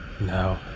No